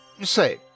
say